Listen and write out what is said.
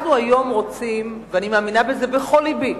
אנחנו היום רוצים, ואני מאמינה בזה בכל לבי,